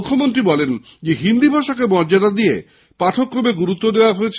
মুখ্যমন্ত্রী বলেন হিন্দী ভাষাকে মর্যাদা দিয়ে পাঠক্রমে গুরুত্ব দেওয়া হয়েছে